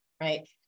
right